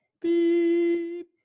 Beep